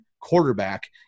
quarterback